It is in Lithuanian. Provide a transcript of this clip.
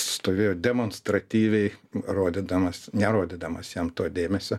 stovėjo demonstratyviai rodydamas nerodydamas jam to dėmesio